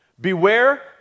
Beware